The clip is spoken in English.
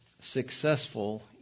successful